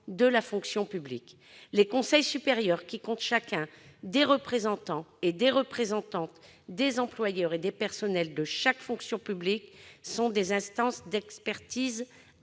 de la fonction publique. Les conseils supérieurs, qui comptent chacun des représentants et des représentantes des employeurs et des personnels de chaque fonction publique, sont des instances d'expertise